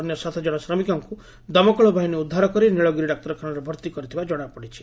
ଅନ୍ୟ ସାତଜଶ ଶ୍ରମିକଙ୍କୁ ଦମକଳ ବାହିନୀ ଉଦ୍ଧାର କରି ନୀଳଗିରି ଡାକ୍ତରଖାନାରେ ଭର୍ତି କରିଥିବା ଜଣାପଡ଼ିଛି